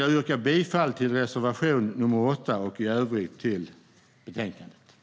Jag yrkar bifall till reservation nr 8 och i övrigt till förslaget i betänkandet.